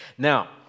Now